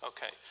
Okay